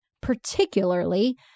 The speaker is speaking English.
Particularly